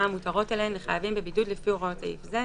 המותרות אליהן לחייבים בבידוד לפי הוראות סעיף זה,